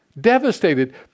Devastated